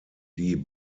die